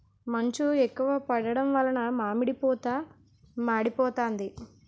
మంచు ఎక్కువ పడడం వలన మామిడి పూత మాడిపోతాంది